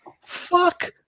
Fuck